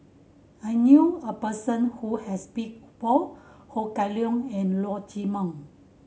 I knew a person who has both Ho Kah Leong and Leong Chee Mun